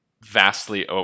vastly